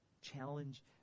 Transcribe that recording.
Challenge